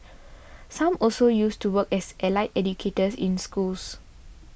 some also used to work as allied educators in schools